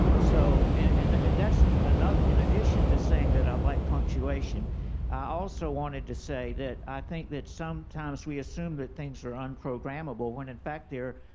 so, and, that's and another, in addition to saying that i like punctuation, i also wanted to say that i think sometimes we assume that things are un-programmable when, in fact, they're